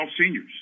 seniors